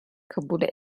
kabul